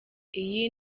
iyi